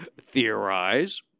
theorize